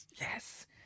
yes